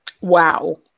Wow